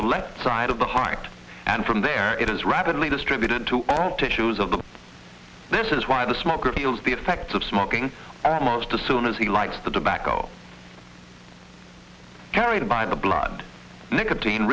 the left side of the heart and from there it is rapidly distributed to all tissues of the this is why the smoker feels the effects of smoking at most a soon as he likes the tobacco carried by the blood nicotine